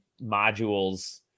modules